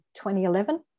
2011